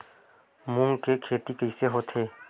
मूंग के खेती कइसे होथे?